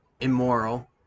immoral